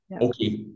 Okay